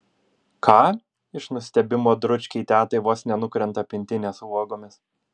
ką iš nustebimo dručkei tetai vos nenukrenta pintinė su uogomis